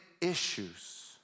issues